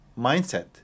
mindset